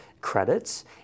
credits